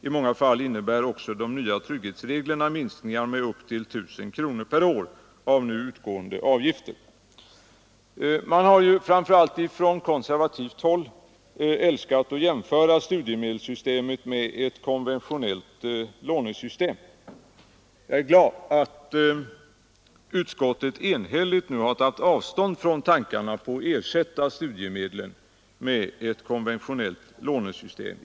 I många fall innebär också de nya trygghetsreglerna minskningar med upp till 1 000 kronor per år av nu utgående avgifter. Man har ju framför allt från konservativt håll älskat att jämföra studiemedelssystemet med ett konventionellt lånesystem. Jag är glad att utskottet nu enhälligt tagit avstånd från tankarna på att ersätta studiemedlen med ett konventionellt lånesystem.